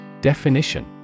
Definition